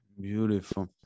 Beautiful